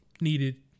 needed